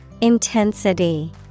Intensity